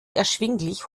erschwinglich